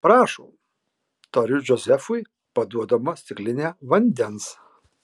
prašom tariu džozefui paduodama stiklinę vandens